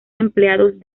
empleados